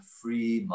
free